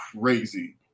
crazy